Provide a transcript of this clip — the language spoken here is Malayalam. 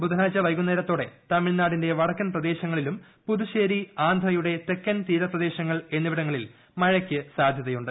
ബുധനാഴ്ച വൈകുന്നേരത്തോടെ തമിഴ്നാടിന്റെ വടക്കൻ പ്രദേശങ്ങളിലും പുതുശ്ശേരി ആന്ധ്രയുടെ തെക്കൻ തീരപ്രദേശങ്ങൾ എന്നിവിടങ്ങളിൽ മഴയ്ക്ക് സാധൃതയുണ്ട്